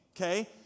okay